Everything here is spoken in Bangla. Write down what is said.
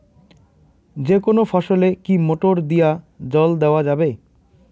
যেকোনো ফসলে কি মোটর দিয়া জল দেওয়া যাবে?